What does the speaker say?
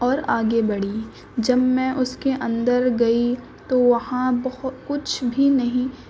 اور آگے بڑھی جب میں اس کے اندر گئی تو وہاں بہو کچھ بھی نہیں